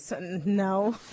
No